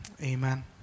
amen